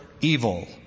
evil